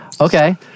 Okay